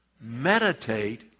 meditate